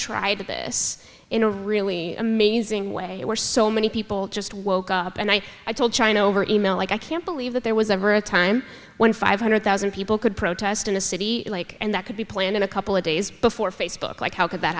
tried this in a really amazing way where so many people just woke up and i i told china over e mail like i can't believe that there was ever a time when five hundred thousand people could protest in a city like and that could be planned in a couple of days before facebook like how could that